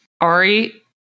Ari